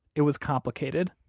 it was complicated.